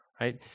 Right